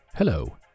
Hello